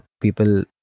people